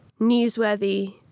newsworthy